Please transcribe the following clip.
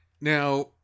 Now